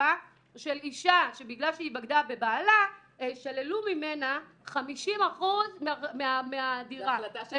אישה שבגלל שהיא בגדה בבעלה שללו ממנה 50% מהדירה- - זו החלטה של